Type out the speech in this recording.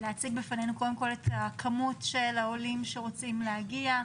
תציג בפנינו את כמות העולים שרוצים להגיע,